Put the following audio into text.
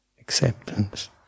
acceptance